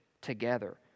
together